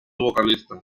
vocalista